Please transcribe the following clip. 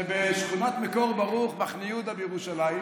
זה בשכונת מקור ברוך, מחנה יהודה בירושלים.